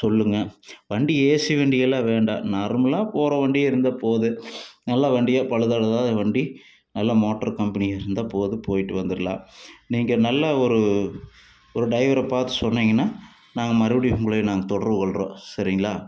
சொல்லுங்கள் வண்டி ஏசி வண்டியெல்லாம் வேண்டாம் நார்மலாக போகிற வண்டி இருந்தால் போதும் நல்ல வண்டியாக பழுது அழுதாத வண்டி நல்ல மோட்டரு கம்பெனி இருந்தால் போதும் போயிட்டு வந்துடலாம் நீங்கள் நல்ல ஒரு ஒரு டிரைவரை பார்த்து சொன்னிங்கன்னால் நாங்கள் மறுபடியும் உங்களை நாங்கள் தொடர்பு கொள்கிறோம் சரிங்களா